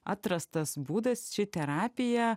atrastas būdas ši terapija